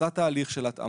עשה את ההליך של התאמה,